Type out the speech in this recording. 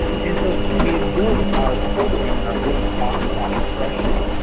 and so we have built our program and our work off of that expression.